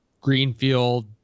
greenfield